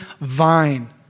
vine